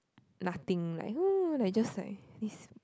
nothing like !whoo! like just like this